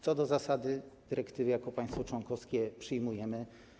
Co do zasady dyrektywy jako państwo członkowskie przyjmujemy.